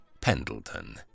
Pendleton